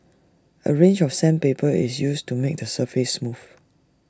A range of sandpaper is used to make the surface smooth